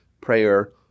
prayer